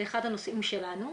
זה אחד הנושאים שלנו.